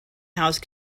house